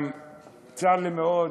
שצר לי מאוד,